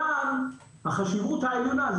מכאן החשיבות העליונה.